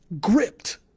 gripped